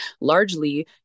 largely